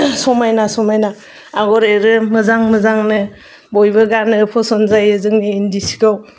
समायना समायना आगर एरो मोजां मोजांनो बयबो गानो फसन जायो जोंनि इन्दि सिखौ